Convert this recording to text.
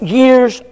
years